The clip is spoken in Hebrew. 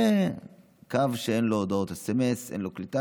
זה קו שאין בו הודעות סמ"ס, אין בו קליטה.